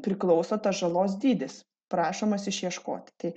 priklauso žalos dydis prašomas išieškoti tai